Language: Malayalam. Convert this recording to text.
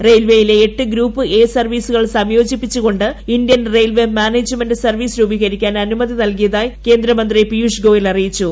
റെയിൽവേയിലെ എട്ട് ഗ്രൂപ്പ് എ സർവീസുകൾ യോജിപ്പിച്ച് ഇന്ത്യൻ റെയിൽവേ മാനേജ്മെന്റ് സർവീസ് രൂപീകരിക്കാൻ അനുമതി നൽകിയതായി കേന്ദ്രമന്ത്രി പിയൂഷ് ഗോയൽ അറിയിച്ചു